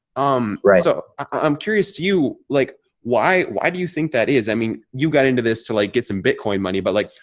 i'm right. so i'm curious. do you like why why do you think that is? i mean, you got into this to like, get some bitcoin money, but like,